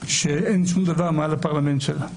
שאין שום דבר מעל הפרלמנט שלה.